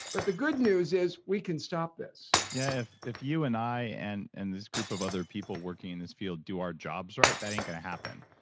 but the good news is we can stop this yeah, if if you and i and and this group of other people working in this field do our jobs right that ain't going to happen.